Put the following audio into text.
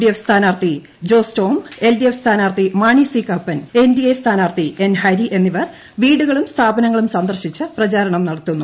D F സ്ഥാനാർത്ഥി Jose Tom L D F സ്ഥാനാർത്ഥി Mani C Kappan N D A സ്ഥാനാർത്ഥി എൻ ഹരി എന്നിവർ വീടുകളും സ്ഥാപനങ്ങളും സന്ദർശിച്ച് പ്രചാരണം നടത്തുന്നു